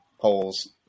polls